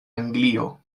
anglio